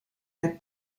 der